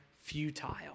futile